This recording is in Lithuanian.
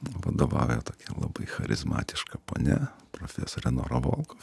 vadovauja tokia labai charizmatiška ponia profesorė nora volkov